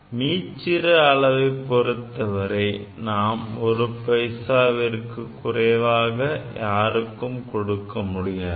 மீச்சிறு அளவைப் பொறுத்தவரை நாம் ஒரு பைசாவிற்கு குறைவாக யாருக்கும் கொடுக்க முடியாது